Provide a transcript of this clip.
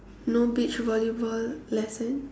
no beach volleyball lesson